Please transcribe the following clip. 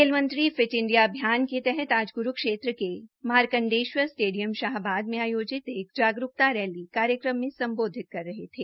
खेल मंत्री fit India अभियान के तहत आज कुरूक्षेत्र के मार्कण्डेश्वर स्टेडियम शाहबाद में आयोजित एक जागरूकता रैली कार्यक्रम में संबोधित कर रहे थे